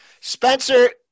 Spencer